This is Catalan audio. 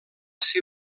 ser